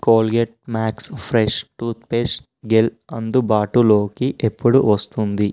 Colgate max fresh tooth paste gel అందుబాటులోకి ఎప్పుడు వస్తుంది